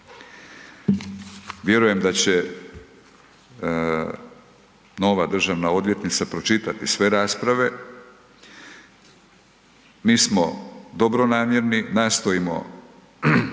Vjerujem da će nova državna odvjetnica pročitati sve rasprave. Mi smo dobronamjerni, nastojimo